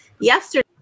yesterday